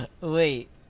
Wait